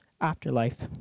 afterlife